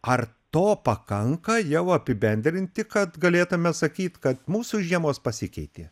ar to pakanka jau apibendrinti kad galėtume sakyt kad mūsų žiemos pasikeitė